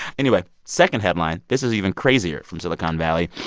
anyway, second headline. this is even crazier from silicon valley.